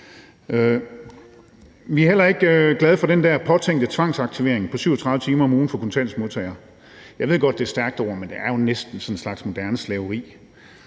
Vi er heller ikke glade for den der påtænkte tvangsaktivering på 37 timer om ugen for kontanthjælpsmodtagere; jeg ved godt, at det er et stærkt ord, men det er jo næsten sådan en slags moderne slaveri,